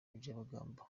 byabagamba